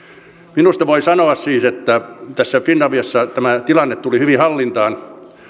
minusta voi sanoa siis että finaviassa tämä tilanne tuli hyvin hallintaan